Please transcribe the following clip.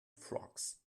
frocks